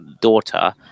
daughter